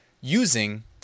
using